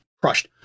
crushed